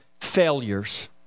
failures